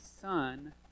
son